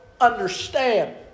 understand